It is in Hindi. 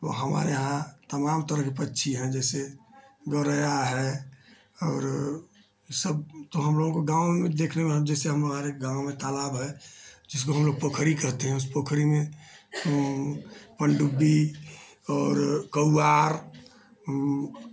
तो हमारे यहाँ तमाम तरह के पक्षी हैं जैसे गौरैया है और सब तो हमलोगों के गाँव में देखने जैसे हरेक गाँव में तालाब है जिसको हमलोग पोखरी कहते हैं उस पोखरी में हमलोग पनडुब्बी और कौआ और हमलोग